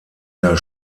der